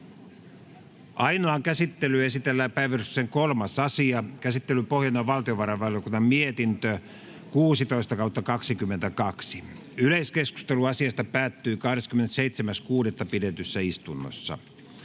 Ainoaan käsittelyyn esitellään päiväjärjestyksen 3. asia. Käsittelyn pohjana on valtiovarainvaliokunnan mietintö VaVM 16/2022 vp. Yleiskeskustelu asiasta päättyi 27.6.2022 pidetyssä istunnossa.